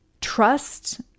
Trust